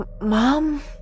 Mom